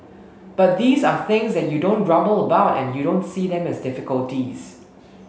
but these are things that you don't grumble about and you don't see them as difficulties